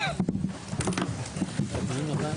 הישיבה ננעלה